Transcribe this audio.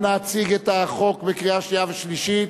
אנא הצג את החוק לקריאה שנייה ושלישית.